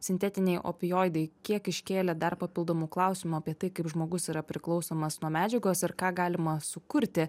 sintetiniai opioidai kiek iškėlė dar papildomų klausimų apie tai kaip žmogus yra priklausomas nuo medžiagos ir ką galima sukurti